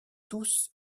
tous